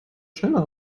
schneller